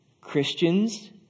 Christians